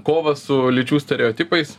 kovą su lyčių stereotipais